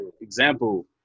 example